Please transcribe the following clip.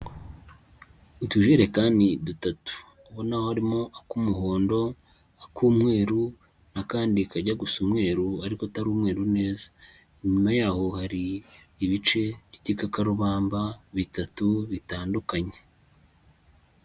Utujerekani dutatu, ubona harimo ak'umuhondo ak'umweru n'akandi kajya gusa umweru ariko utari umweru neza, nyuma yaho hari ibice by'igikakarubamba bitatu bitandukanye.